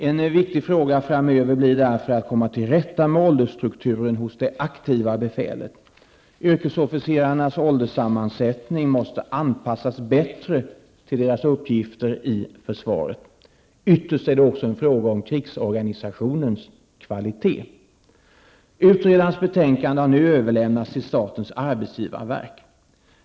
En viktig fråga framöver blir därför att komma till rätta med åldersstrukturen hos det aktiva befälet. Yrkesofficerarnas ålderssammansättning måste anpassas bättre till deras uppgifter i försvaret. Ytterst är detta också en fråga om krigsorganisationens kvalitet. Utredarens betänkande har nu överlämnats till statens arbetsgivarverk.